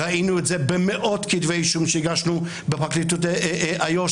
ראינו את זה במאות כתבי אישום שהגשנו בפרקליטות איו"ש.